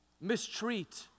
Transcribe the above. mistreat